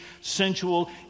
sensual